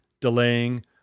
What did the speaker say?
delaying